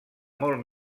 molt